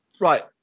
right